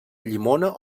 llimona